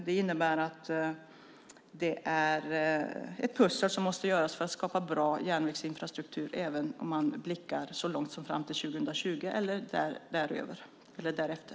Det innebär att det är ett pussel som måste läggas för att skapa bra järnvägsinfrastruktur, även om man blickar så långt fram som till 2020 eller därefter.